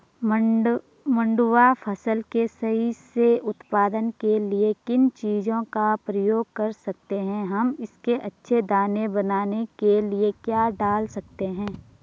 मंडुवा फसल के सही से उत्पादन के लिए किन चीज़ों का प्रयोग कर सकते हैं हम इसके अच्छे दाने बनाने के लिए क्या डाल सकते हैं?